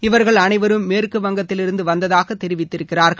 இவர்கள் அனைவரும் மேற்கு வங்கத்திலிருந்து வந்ததாக தெரிவித்திருக்கிறார்கள்